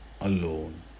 alone